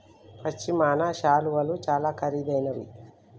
పశ్మిన శాలువాలు చాలా ఖరీదైనవి